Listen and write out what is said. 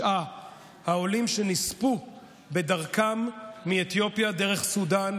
העולים שנספו בדרכם מאתיופיה דרך סודאן,